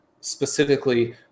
specifically